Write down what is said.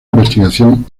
investigación